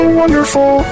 wonderful